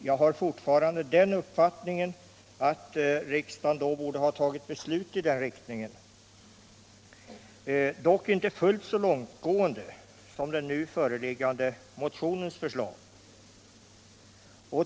Jag anser fortfarande att riksdagen då borde ha tagit beslut i den riktningen, dock inte fullt så långtgående som den nu föreliggande motionens förslag.